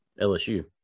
LSU